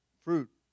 fruit